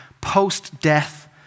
post-death